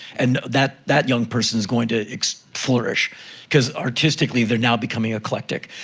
and that that young person is going to flourish cause artistically, they're now becoming eclectic.